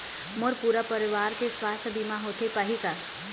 मोर पूरा परवार के सुवास्थ बीमा होथे पाही का?